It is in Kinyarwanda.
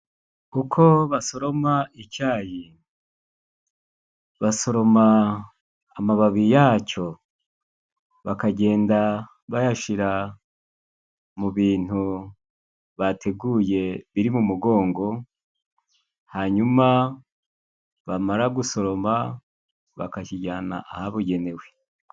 Uko basoroma icayi basoroma amababi yaco bakagenda bayashyira mu bintu bateguye biri mu mugongo, hanyuma bamara gusoroma bakakijyana ahabugenewe.